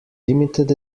limited